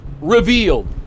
revealed